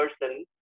person